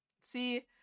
See